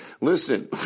Listen